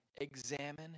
examine